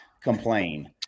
complain